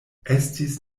estis